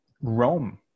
rome